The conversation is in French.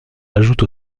ajoute